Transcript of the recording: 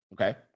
Okay